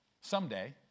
Someday